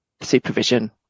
Supervision